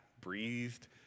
breathed